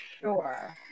sure